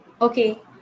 okay